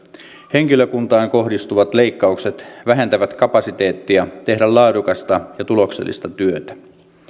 henkilökuntaan kohdistuvat leikkaukset vähentävät kapasiteettia tehdä laadukasta ja tuloksellista työtä